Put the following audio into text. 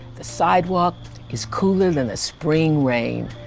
the sidewalk is cooler than a spring rain,